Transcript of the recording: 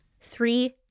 three